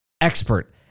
expert